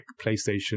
PlayStation